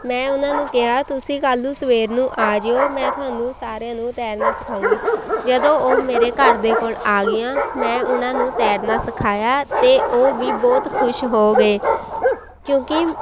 ਮੈਂ ਉਹਨਾਂ ਨੂੰ ਕਿਹਾ ਤੁਸੀਂ ਕੱਲ੍ਹ ਨੂੰ ਸਵੇਰ ਨੂੰ ਆ ਜਿਓ ਮੈਂ ਤੁਹਾਨੂੰ ਸਾਰਿਆਂ ਨੂੰ ਤੈਰਨਾ ਸਿਖਾਉਂਗੀ ਜਦੋਂ ਉਹ ਮੇਰੇ ਘਰ ਦੇ ਕੋਲ ਆ ਗਈਆਂ ਮੈਂ ਉਹਨਾਂ ਨੂੰ ਤੈਰਨਾ ਸਿਖਾਇਆ ਅਤੇ ਉਹ ਵੀ ਬਹੁਤ ਖੁਸ਼ ਹੋ ਗਏ ਕਿਉਂਕਿ